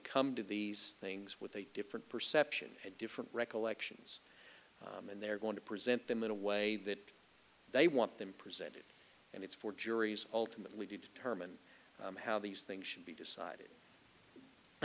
come to these things with a different perception and different recollections and they're going to present them in a way that they want them presented and it's for juries ultimately determine how these things should be decided i